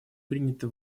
приняты